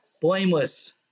blameless